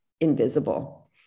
invisible